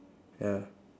ya